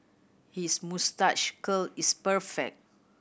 his moustache curl is perfect